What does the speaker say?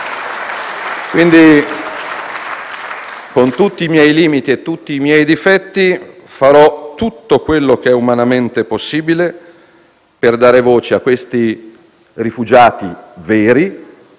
Quindi, con tutti i miei limiti e tutti i miei difetti, farò tutto quello che è umanamente possibile per dare voce ai rifugiati veri,